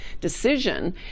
decision